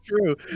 true